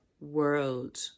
world